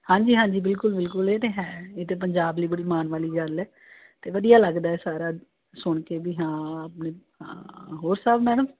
ਹਾਂਜੀ ਹਾਂਜੀ ਬਿਲਕੁਲ ਬਿਲਕੁਲ ਇਹ ਤਾਂ ਹੈ ਇਹ ਤਾਂ ਪੰਜਾਬ ਲਈ ਬੜੀ ਮਾਣ ਵਾਲੀ ਗੱਲ ਹੈ ਅਤੇ ਵਧੀਆ ਲੱਗਦਾ ਸਾਰਾ ਸੁਣ ਕੇ ਵੀ ਹਾਂ ਆਪਣੇ ਹੋਰ ਸਭ ਮੈਡਮ